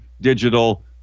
digital